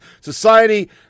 society